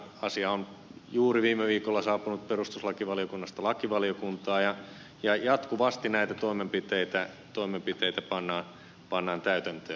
asia on juuri viime viikolla saapunut perustuslakivaliokunnasta lakivaliokuntaan ja jatkuvasti näitä toimenpiteitä pannaan täytäntöön